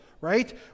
right